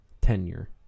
tenure